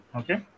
okay